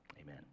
amen